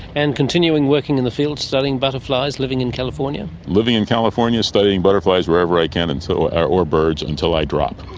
and continuing working in the field studying butterflies, living in california? living in california, studying butterflies wherever i can, and so or or birds, until i drop.